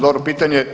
Dobro pitanje.